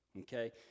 Okay